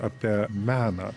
apie meną